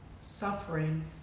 suffering